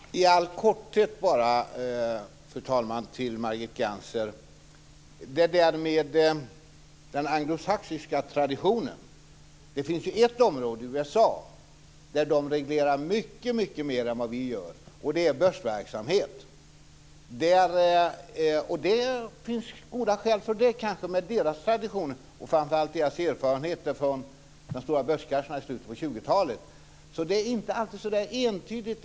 Fru talman! I all korthet vill jag säga något till Margit Gennser om det där med den anglosaxiska traditionen. Det finns ju ett område i USA där de reglerar mycket mer än vad vi gör, och det är börsverksamhet. Det finns kanske goda skäl till det med deras traditioner och framför allt med deras erfarenheter från de stora börskrascherna i slutet av 20-talet. Så det är inte alltid så där entydigt.